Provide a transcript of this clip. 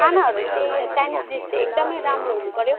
खानाहरू चाहिँ Chinese dish चाहिँ एकदमै राम्रो हुनु पर्यो